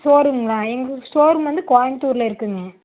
show ரூம்ங்களா எங்கள் showroom வந்து கோயம்புத்தூரில் இருக்குதுங்க